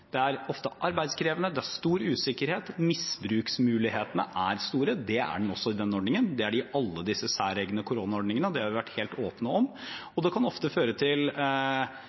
Det er ofte arbeidskrevende, det er stor usikkerhet, og misbruksmulighetene er store. Det gjelder også for denne ordningen, som for alle disse særegne koronaordningene. Det har vi vært helt åpne om. Det kan ofte føre til